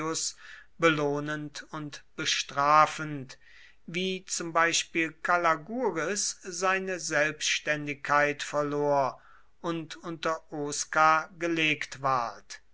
belohnend und bestrafend wie zum beispiel calagurris seine selbständigkeit verlor und unter osca gelegt ward